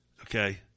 Okay